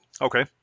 okay